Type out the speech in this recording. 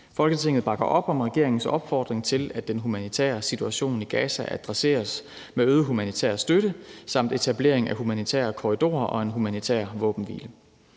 Folketinget bakker op om regeringens opfordring til, at den humanitære situation i Gaza adresseres med øget humanitær støtte samt etablering af humanitære korridorer og en humanitær våbenhvile.